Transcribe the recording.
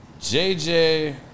JJ